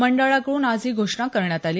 मंडळाकड्रन आज ही घोषणा करण्यात आली